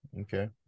Okay